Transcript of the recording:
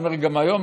אני אומר גם היום,